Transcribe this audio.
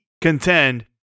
contend